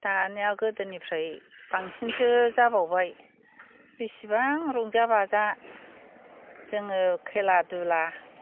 दानिया गोदोनिफ्राय बांसिनसो जाबावबाय बिसिबां रंजा बाजा जोङो खेला दुला